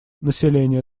население